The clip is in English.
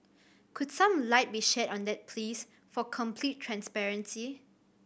could some light be shed on that please for complete transparency